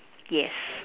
yes